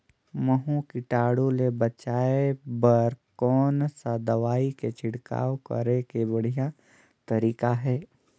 महू कीटाणु ले बचाय बर कोन सा दवाई के छिड़काव करे के बढ़िया तरीका हे?